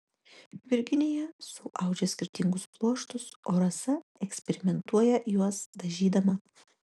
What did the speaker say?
virginija suaudžia skirtingus pluoštus o rasa eksperimentuoja juos dažydama